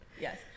Yes